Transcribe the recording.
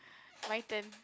my turn